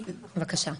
לילך, בקשה.